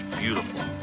Beautiful